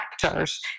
factors